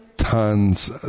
tons